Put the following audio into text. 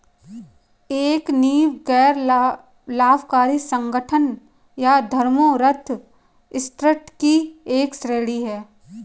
एक नींव गैर लाभकारी संगठन या धर्मार्थ ट्रस्ट की एक श्रेणी हैं